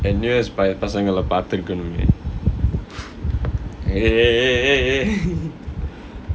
N_U_S பய பசங்கள பாத்துருக்குனுமே:paya pasangala paathurukkunumae eh eh eh eh eh